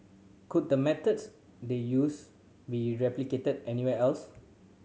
could the methods they used be replicated anyone else